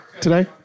today